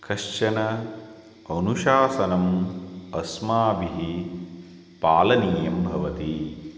कश्चन अनुशासनम् अस्माभिः पालनीयं भवति